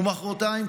ומוחרתיים,